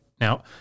Now